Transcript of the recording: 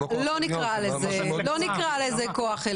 לא נקרא לזה כוח עליון.